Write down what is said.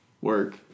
Work